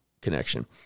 connection